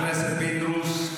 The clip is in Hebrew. חבר הכנסת פינדרוס,